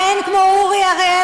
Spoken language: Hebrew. אין כמו אורי אריאל